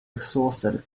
exhausted